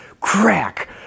crack